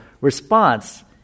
response